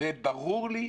ברור לי,